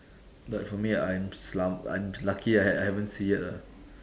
like for me I'm I'm lucky I I haven't see yet ah